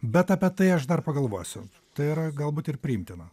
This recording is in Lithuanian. bet apie tai aš dar pagalvosiu tai yra galbūt ir priimtina